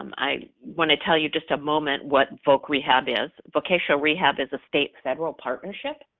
um i wanna tell you just a moment what voc rehab is. vocational rehab is a state-federal partnership,